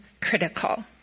critical